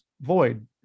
void